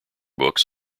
books